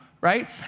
right